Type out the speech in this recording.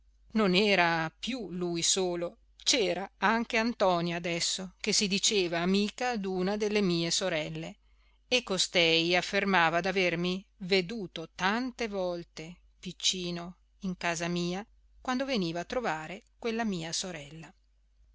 non era più lui solo c'era anche antonia adesso che si diceva amica d'una delle mie sorelle e costei affermava d'avermi veduto tante volte piccino in casa mia quando veniva a trovare quella mia sorella